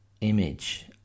image